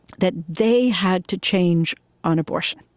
that they had to change on abortion